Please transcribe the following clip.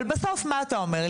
אבל בסוף מה אתה אומר לי?